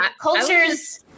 cultures